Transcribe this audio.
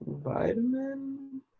Vitamin